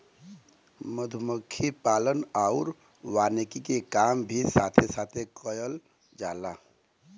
मधुमक्खी पालन आउर वानिकी के काम भी साथे साथे करल जाला